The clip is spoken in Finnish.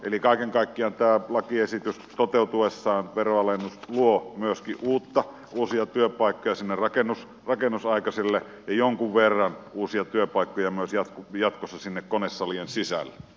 eli kaiken kaikkiaan tämä lakiesitys toteutuessaan veronalennus luo myöskin uutta uusia työpaikkoja sille rakennuksen aikaiselle vaiheelle ja jonkun verran uusia työpaikkoja myös jatkossa sinne konesalien sisälle